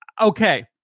okay